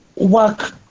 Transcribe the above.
work